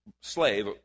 slave